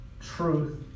Truth